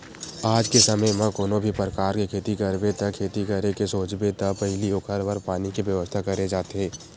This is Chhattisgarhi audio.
आज के समे म कोनो भी परकार के खेती करबे ते खेती करे के सोचबे त पहिली ओखर बर पानी के बेवस्था करे जाथे